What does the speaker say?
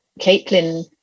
Caitlin